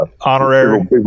Honorary